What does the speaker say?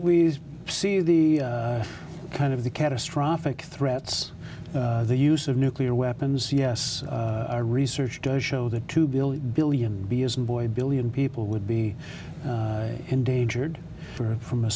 we see the kind of the catastrophic threats the use of nuclear weapons yes our research does show that two billion billion b as in boy billion people would be endangered for from a